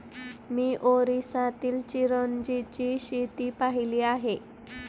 मी ओरिसातील चिरोंजीची शेती पाहिली होती